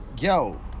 Yo